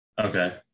Okay